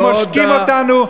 הם עושקים אותנו,